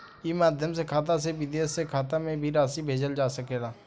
ई माध्यम से खाता से विदेश के खाता में भी राशि भेजल जा सकेला का?